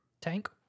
Tank